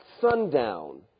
sundown